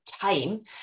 time